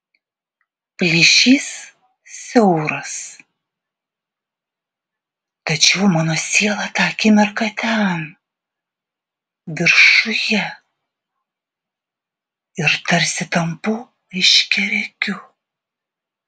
plyšys siauras tačiau mano siela tą akimirką ten viršuje ir tarsi tampu aiškiaregiu